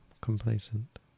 complacent